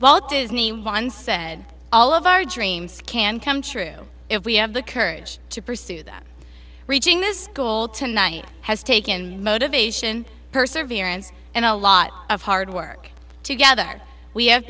vault disney once said all of our dreams can come true if we have the courage to pursue that reaching this goal tonight has taken motivation perseverance and a lot of hard work together we have